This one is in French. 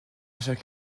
chaque